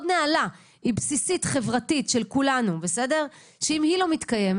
נעלה היא בסיסית חברתית של כולנו שאם היא לא מתקיימת